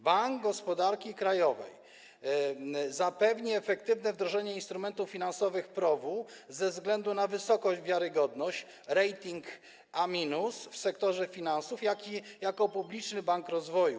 Bank Gospodarstwa Krajowego zapewni efektywne wdrożenie instrumentów finansowych PROW-u ze względu na wysokość kwot, wiarygodność, rating A- w sektorze finansów, jak i jako publiczny bank rozwoju.